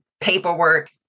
paperwork